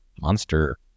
monster